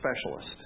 specialist